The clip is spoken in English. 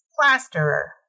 Plasterer